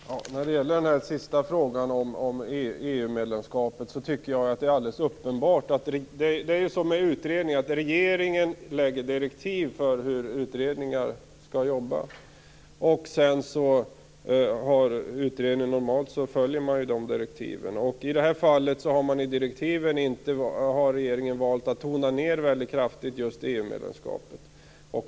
Fru talman! När det gäller den sista frågan om EU-medlemskapet är det ju så med utredningar att regeringen lägger fast direktiv för hur de skall jobba, och sedan följer utredningen normalt de direktiven. I det här fallet har regeringen i direktiven valt att kraftigt tona ned EU-medlemskapet.